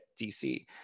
DC